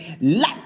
Let